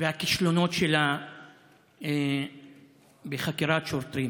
והכישלונות שלה בחקירת שוטרים,